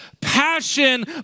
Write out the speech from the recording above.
passion